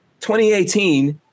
2018